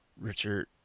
Richard